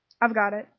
i've got it,